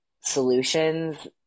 solutions